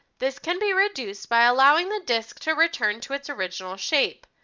this can be reduced by allowing the disc to return to its original shape.